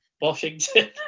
Washington